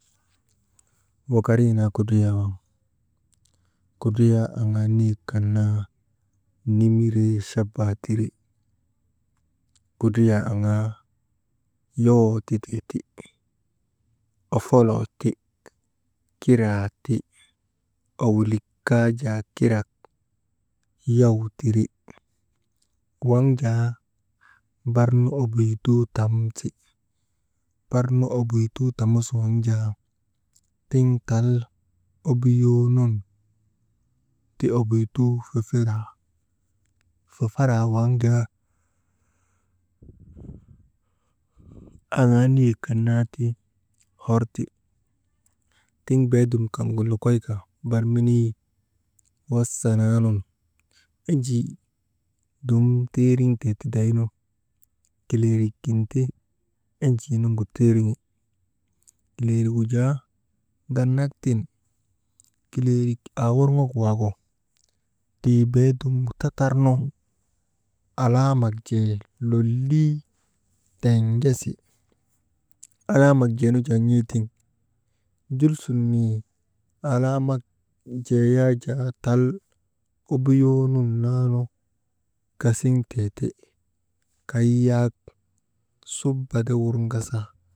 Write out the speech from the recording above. Wakari naa kudriyaa waŋ, kudriyaa anaa niyek kan naa nimiree chaba tire, kudriyaa anaa yowoo titee ti, ofoloo ti, kiraa ti owolik kaa jaa kirak yaw tiri, waŋ jaa barnu obuytuu tamsi, barnu obuytuu tamus waŋ jaa tiŋ tal obuyoo nun ti obuytuu fafaraa, fafaraa waŋ jaa aŋaa niyek kan naa ti horti, tiŋ beedum kaŋgu lokoyka bar menii, wasa naanun enjii dum tiiriŋtee tidaynu, kileerik kin ti enjii nuŋgu tiiriŋi, kileerigu jaa ŋanak tiŋ, kileerik aaworŋok waagu tii beedum tatarnu, alaamak jee lolii tiŋgesi, alaamak jee nu jaa n̰eetiŋ, jul sun mii alaamak jee yak jaa tal obuyoonun naa nu gasiŋtee ti, kay yak subade wurŋasa.